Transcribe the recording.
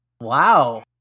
Wow